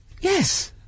Yes